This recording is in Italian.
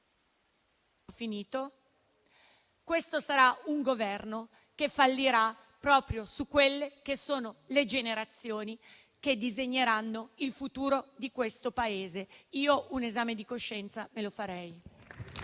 Questo sarà un Governo che fallirà proprio sulle generazioni che disegneranno il futuro di questo Paese. Io un esame di coscienza me lo farei.